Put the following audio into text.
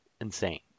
insane